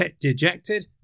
dejected